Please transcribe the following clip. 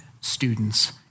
students